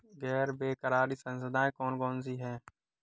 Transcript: गैर बैंककारी संस्थाएँ कौन कौन सी हैं?